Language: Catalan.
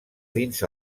dins